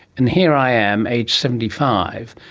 and here i am aged seventy five,